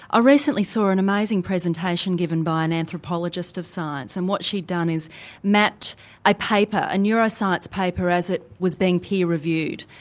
ah recently saw an amazing presentation given by an anthropologist of science, and what she'd done is mapped a paper, a neuroscience paper, as it was being peer-reviewed.